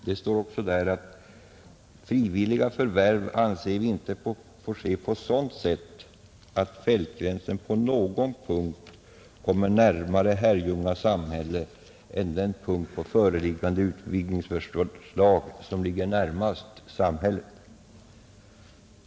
Det står också att frivilliga förvärv inte får ske på sådant sätt att fältgränsen på någon punkt kommer närmare Herrljunga samhälle än den punkt på föreliggande utvidgningsförslag som ligger närmast samhället.